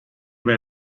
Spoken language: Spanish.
ver